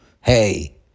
Hey